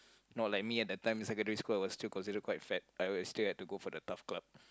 not like me at that time in secondary school I was still considered quite fat I I still had to go for the T_A_F club